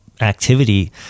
activity